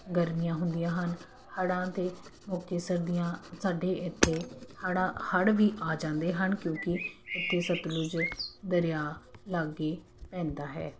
ਗਰਮੀਆਂ ਹੁੰਦੀਆਂ ਹਨ ਹੜ੍ਹਾਂ ਦੇ ਮੌਕੇ ਸਰਦੀਆਂ ਸਾਡੇ ਇੱਥੇ ਹੜ੍ਹਾਂ ਹੜ੍ਹ ਵੀ ਆ ਜਾਂਦੇ ਹਨ ਕਿਉਂਕਿ ਇੱਥੇ ਸਤਲੁਜ ਦਰਿਆ ਲਾਗੇ ਪੈਂਦਾ ਹੈ